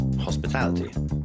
Hospitality